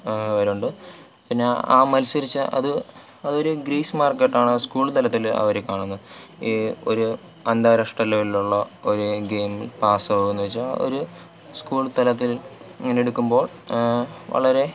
വരുന്നുണ്ട് പിന്നെ ആ ആ മത്സരിച്ച അത് അതൊരു ഗ്രേസ് മാർക്കായിട്ടാണ് സ്കൂൾ തലത്തിൽ അവരെ കാണുന്നത് ഈ ഒരു അന്താരാഷ്ട്ര ലെവലിലുള്ള ഒരു ഗെയിം പാസ്സാവുകയെന്നു വെച്ചാൽ ഒരു സ്കൂൾ തലത്തിൽ ഇങ്ങനെയെടുക്കുമ്പോൾ വളരെ